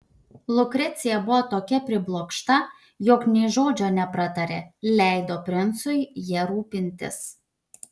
lukrecija buvo tokia priblokšta jog nė žodžio nepratarė leido princui ja rūpintis